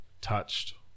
touched